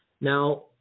Now